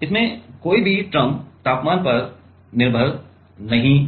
किसी भी तापमान टर्म पर निर्भर नहीं है